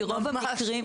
כי רוב המקרים,